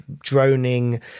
droning